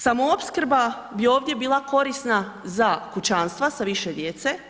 Samoopskrba bi ovdje bila korisna za kućanstva sa više djece.